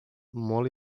molt